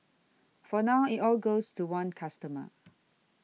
for now it all goes to one customer